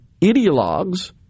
ideologues